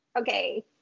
okay